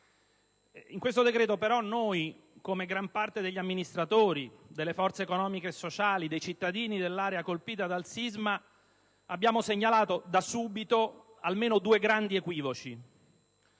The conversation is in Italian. In questo decreto, però, noi, come gran parte degli amministratori, delle forze economiche e sociali, dei cittadini dell'area colpita dal sisma, abbiamo segnalato da subito almeno due grandi equivoci.